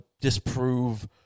disprove